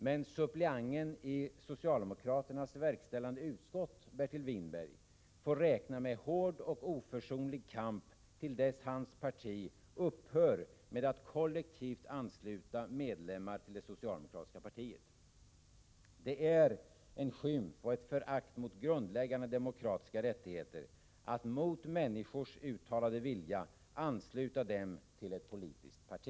Men suppleanten i socialdemokraternas verkställande utskott Bertil Whinberg får räkna med hård och oförsonlig kamp till dess hans parti upphör med att kollektivt ansluta medlemmar till det socialdemokratiska partiet. Det är en skymf och ett förakt mot grundläggande demokratiska rättigheter att mot människors uttalade vilja ansluta dem till ett politiskt parti.